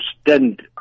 stand